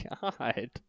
God